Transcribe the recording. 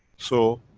so,